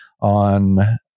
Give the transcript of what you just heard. on